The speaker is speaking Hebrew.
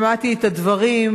שמעתי את הדברים,